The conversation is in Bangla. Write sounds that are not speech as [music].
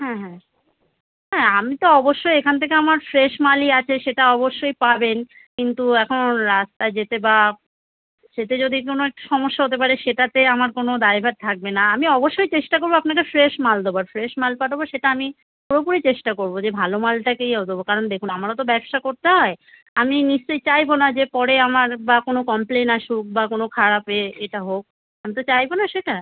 হ্যাঁ হ্যাঁ হ্যাঁ আমি তো অবশ্যই এখান থেকে আমার ফ্রেশ মালই আছে সেটা অবশ্যই পাবেন কিন্তু এখন রাস্তায় যেতে বা সেতে যদি কোনো একটু সমস্যা হতে পারে সেটাতে আমার কোনো দায়ভার থাকবে না আমি অবশ্যই চেষ্টা করব আপনাকে ফ্রেশ মাল দেওয়ার ফ্রেশ মাল পাঠাব সেটা আমি পুরোপুরি চেষ্টা করব যে ভালো মালটাকেই [unintelligible] দেবো কারণ দেখুন আমারও তো ব্যবসা করতে হয় আমি নিশ্চয়ই চাইব না যে পরে আমার বা কোনো কমপ্লেন আসুক বা কোনো খারাপ এ এটা হোক আমি তো চাইব না সেটা